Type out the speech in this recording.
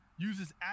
uses